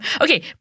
Okay